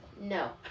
No